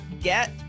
get